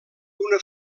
una